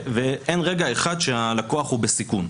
ואין רגע אחד שהלקוח הוא בסיכון.